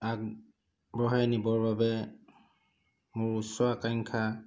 আগবঢ়াই নিবৰ বাবে মোৰ উচ্চাকাংক্ষা